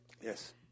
Yes